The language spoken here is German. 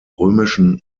römischen